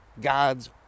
God's